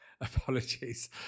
Apologies